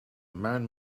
man